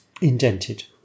Indented